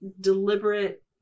Deliberate